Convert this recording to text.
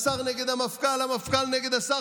השר נגד המפכ"ל, המפכ"ל נגד השר.